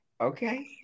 Okay